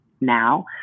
now